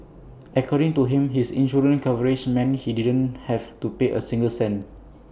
according to him his insurance coverage meant he didn't have to pay A single cent